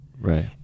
Right